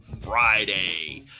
Friday